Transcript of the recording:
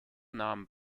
nahm